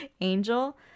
angel